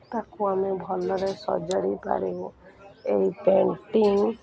ତାକୁ ଆମେ ଭଲରେ ସଜାଡ଼ି ପାରିବୁ ଏହି ପେଣ୍ଟିଂ